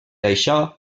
això